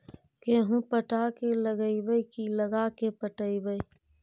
गेहूं पटा के लगइबै की लगा के पटइबै?